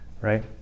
right